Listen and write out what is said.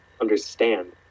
understand